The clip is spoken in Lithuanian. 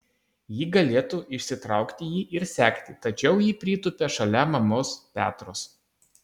ji galėtų išsitraukti jį ir sekti tačiau ji pritūpia šalia mamos petros